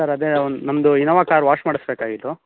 sir ಅದೇ ನಮ್ಮದು Innova car wash ಮಾಡಿಸ್ಬೇಕಾಗಿತ್ತು